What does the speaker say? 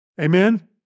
Amen